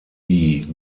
die